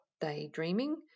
daydreaming